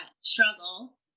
struggle